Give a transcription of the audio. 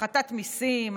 הפחתת מיסים,